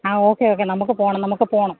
ആ okay okay നമുക്ക് പോകണം നമുക്ക് പോകണം